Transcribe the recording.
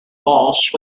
walsh